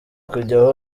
kujya